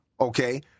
okay